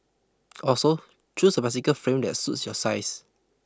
also choose a bicycle frame that suits your size